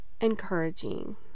encouraging